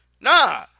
Nah